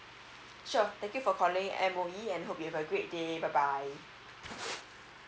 sure thank you for calling M_O_E and hope you have a great day bye bye